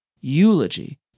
eulogy